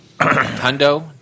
Hundo